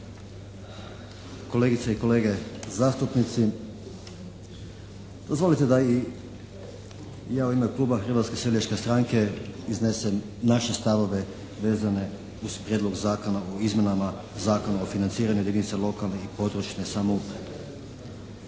kolegice i kolege zastupnici. Dozvolite da i ja u ime kluba Hrvatske seljačke stranke iznesem naše stavove vezane uz Prijedlog zakona o izmjenama Zakona o financiranju jedinica lokalne i područne samouprave.